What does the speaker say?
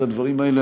את הדברים האלה,